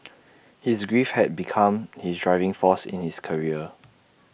his grief had become his driving force in his career